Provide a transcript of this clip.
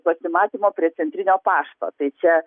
pasimatymo prie centrinio pašto tai čia